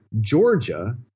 Georgia